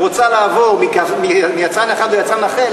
רוצה לעבור מיצרן אחד ליצרן אחר,